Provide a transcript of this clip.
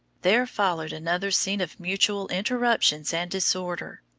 there followed another scene of mutual interruptions and disorder.